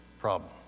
problem